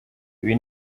ibi